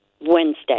Wednesday